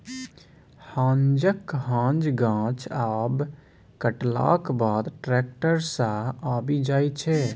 हांजक हांज गाछ आब कटलाक बाद टैक्टर सँ आबि जाइ छै